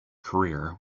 career